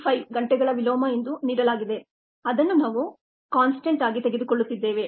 5 ಗಂಟೆಗಳ ವಿಲೋಮ ಎಂದು ನೀಡಲಾಗಿದೆ ಅದನ್ನು ನಾವು ಕಾನ್ಸ್ಟಂಟ್ ಆಗಿ ತೆಗೆದುಕೊಳ್ಳುತ್ತಿದ್ದೇವೆ